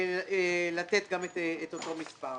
למסור גם את המספר.